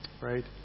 right